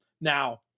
now